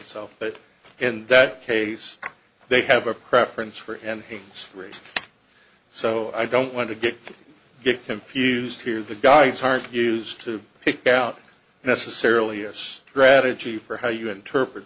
itself but in that case they have a preference for enhance race so i don't want to get it confused here the guys aren't used to pick out necessarily a strategy for how you interpret